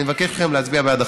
אני מבקש מכם להצביע בעד החוק.